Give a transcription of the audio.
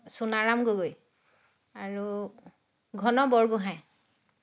সোণাৰাম গগৈ আৰু ঘন বৰগোহাঁই